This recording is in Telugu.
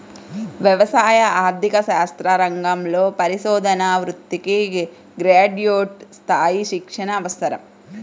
వ్యవసాయ ఆర్థిక శాస్త్ర రంగంలో పరిశోధనా వృత్తికి గ్రాడ్యుయేట్ స్థాయి శిక్షణ అవసరం